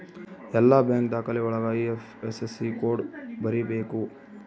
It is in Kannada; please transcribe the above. ಎಲ್ಲ ಬ್ಯಾಂಕ್ ದಾಖಲೆ ಒಳಗ ಐ.ಐಫ್.ಎಸ್.ಸಿ ಕೋಡ್ ಬರೀಬೇಕು